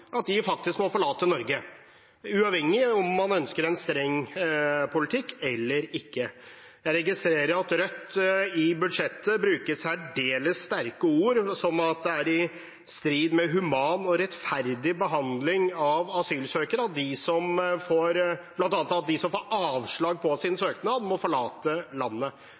faktisk må forlate Norge – uavhengig av om man ønsker en streng politikk eller ikke. Jeg registrerer at Rødt i budsjettet bruker særdeles sterke ord, som at det er i strid med human og rettferdig behandling av asylsøkere at bl.a. de som får avslag på sin søknad, må forlate landet.